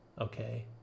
Okay